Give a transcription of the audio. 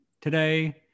today